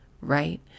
right